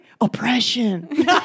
Oppression